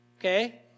Okay